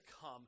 come